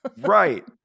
Right